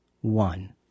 one